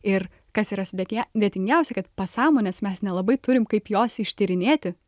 ir kas yra sudėtyje dėtingiausia kad pasąmonės mes nelabai turim kaip jos ištyrinėti